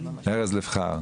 רוני פלה?